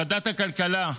ועדת הכלכלה,